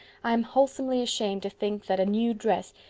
i'm wholesomely ashamed to think that a new dress.